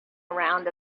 around